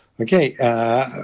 okay